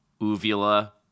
uvula